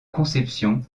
conception